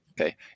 okay